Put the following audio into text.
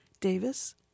Davis